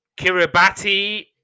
kiribati